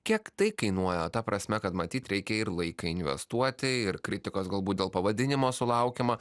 kiek tai kainuoja ta prasme kad matyt reikia ir laiką investuoti ir kritikos galbūt dėl pavadinimo sulaukiama